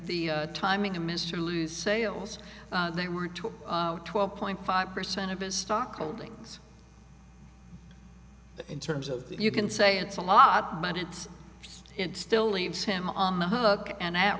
the timing of mr lose sales they were took twelve point five percent of his stock holdings in terms of you can say it's a lot but it's it still leaves him on the hook and